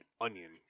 onion